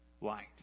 light